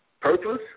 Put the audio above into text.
purpose